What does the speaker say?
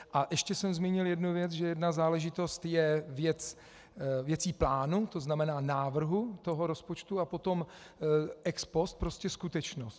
A ještě jsem zmínil jednu věc, že jedna záležitost je věcí plánu, to znamená návrhu toho rozpočtu, a potom ex post prostě skutečnost.